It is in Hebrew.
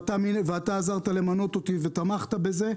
ואתה עזרת למנות אותי ותמכת בזה,